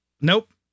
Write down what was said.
Nope